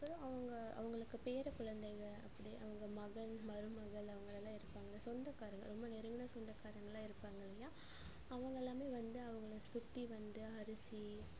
அப்புறம் அவங்க அவங்களுக்கு பேரக்குழந்தைக அப்படி அவங்க மகள் மருமகள் அவங்களெல்லாம் இருப்பாங்க சொந்தக்காரங்க ரொம்ப நெருங்கின சொந்தக்காரங்கள் எல்லாம் இருப்பாங்கல்லையா அவங்கெல்லாமே வந்து அவங்கள சுற்றி வந்து அரிசி